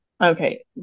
okay